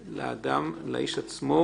לאדם, לאיש עצמו,